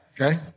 okay